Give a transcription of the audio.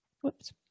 Whoops